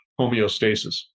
homeostasis